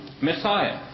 Messiah